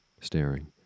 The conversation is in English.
staring